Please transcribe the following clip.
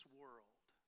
world